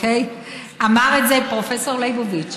אמר את זה פרופ' ליבוביץ,